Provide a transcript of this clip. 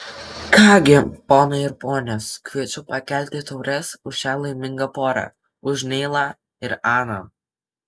ką gi ponai ir ponios kviečiu pakelti taures už šią laimingą porą už neilą ir aną